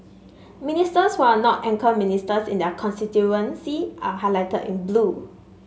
Ministers who are not anchor ministers in their constituency are highlighted in blue